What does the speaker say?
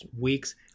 weeks